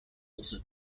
also